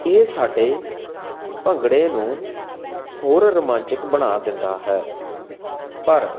ਇਹ ਸਾਡੇ ਭੰਗੜੇ ਨੂੰ ਹੋਰ ਰੋਮਾਂਚਕ ਬਣਾ ਦਿੰਦਾ ਹੈ ਪਰ